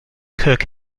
kirk